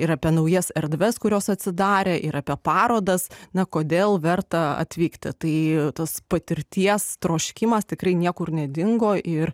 ir apie naujas erdves kurios atsidarė ir apie parodas na kodėl verta atvykti tai tos patirties troškimas tikrai niekur nedingo ir